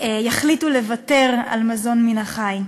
יחליטו לוותר על מזון מן החי,